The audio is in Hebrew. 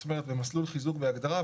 זאת אומרת במסלול חיזוק בהגדרה,